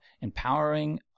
Empowering